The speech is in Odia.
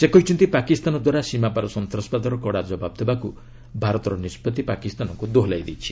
ସେ କହିଛନ୍ତି ପାକିସ୍ତାନଦ୍ୱାରା ସୀମାପାର୍ ସନ୍ତାସବାଦର କଡ଼ା ଜବାବ ଦେବାକୃ ଭାରତର ନିଷ୍ପଭି ପାକିସ୍ତାନକୁ ଦୋହଲାଇ ଦେଇଛି